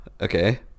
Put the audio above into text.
Okay